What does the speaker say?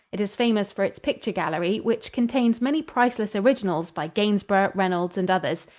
it is famous for its picture gallery, which contains many priceless originals by gainsborough, reynolds and others.